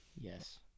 Yes